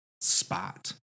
spot